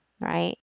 right